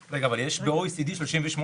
ב-OECD יש 38